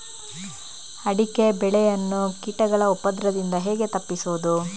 ಅಡಿಕೆ ಬೆಳೆಯನ್ನು ಕೀಟಗಳ ಉಪದ್ರದಿಂದ ಹೇಗೆ ತಪ್ಪಿಸೋದು?